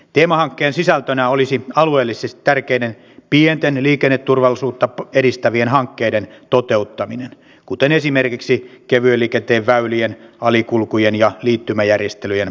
teemahankkeen sisältönä olisi alueellisesti tärkeiden edustaja heinäluoma viittasi erillisrahoitukseen ilmavoimien tulevaan strategiseen suurhankintaan ja viittasi myös koneiden lukumäärään